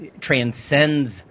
transcends